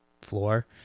floor